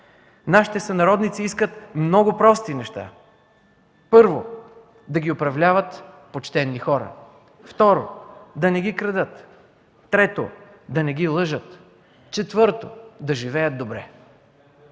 Нашите сънародници искат много прости неща: първо, да ги управляват почтени хора, второ, да не ги крадат, трето, да не ги лъжат, четвърто, да живеят добре.